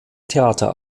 theater